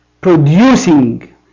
producing